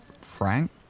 Frank